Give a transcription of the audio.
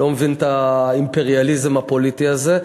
ואני לא מבין את האימפריאליזם הפוליטי הזה.